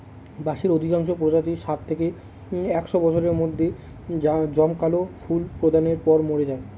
বাঁশের অধিকাংশ প্রজাতিই ষাট থেকে একশ বছরের মধ্যে জমকালো ফুল প্রদানের পর মরে যায়